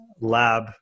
lab